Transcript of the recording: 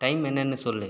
time என்னனு சொல்லு